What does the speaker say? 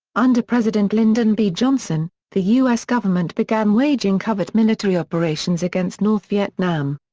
under president lyndon b. johnson, the u s. government began waging covert military operations against north vietnam.